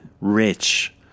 rich